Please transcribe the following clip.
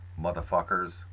Motherfuckers